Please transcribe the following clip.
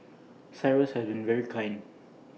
cyrus has been very kind